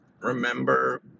remember